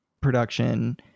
production